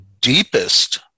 deepest